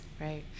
Right